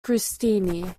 christi